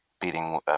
beating